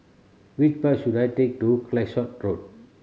which bus should I take to Calshot Road